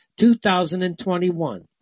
2021